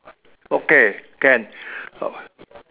okay can